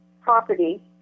property